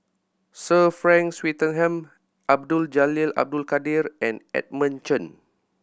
Sir Frank Swettenham Abdul Jalil Abdul Kadir and Edmund Chen